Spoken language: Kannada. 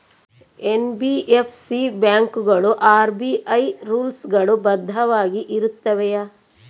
ಎನ್.ಬಿ.ಎಫ್.ಸಿ ಬ್ಯಾಂಕುಗಳು ಆರ್.ಬಿ.ಐ ರೂಲ್ಸ್ ಗಳು ಬದ್ಧವಾಗಿ ಇರುತ್ತವೆಯ?